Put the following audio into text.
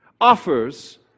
offers